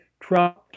Trump